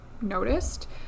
noticed